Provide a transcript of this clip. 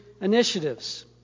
initiatives